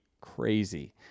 crazy